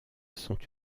sont